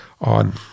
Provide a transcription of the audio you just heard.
on